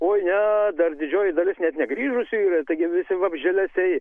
oi ne dar didžioji dalis net negrįžusių yra taigi visi vabzdžialesiai